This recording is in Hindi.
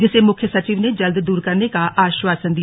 जिसे मुख्य सचिव ने जल्द दूर करने का आश्वासन दिया